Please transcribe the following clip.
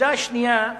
הנקודה השנייה,